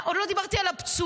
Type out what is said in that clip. עוד לא דיברתי על הפצועים,